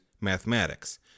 mathematics